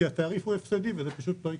כי התעריף הפסדי וזה פשוט לא יקרה.